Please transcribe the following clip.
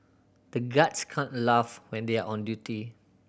the guards can't laugh when they are on duty